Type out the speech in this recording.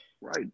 Right